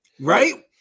Right